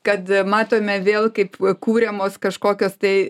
kad a matome vėl kaip a kuriamos kažkokios tai